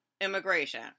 immigration